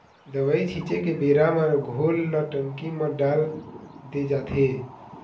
दवई छिंचे के बेरा म घोल ल टंकी म डाल दे जाथे